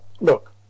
look